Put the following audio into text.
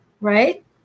right